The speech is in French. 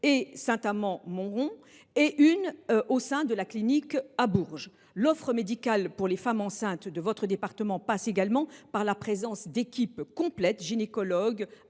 et Saint Amand Montrond et une au sein d’une clinique à Bourges. L’offre médicale pour les femmes enceintes de votre département passe également par la présence d’équipes complètes – gynécologues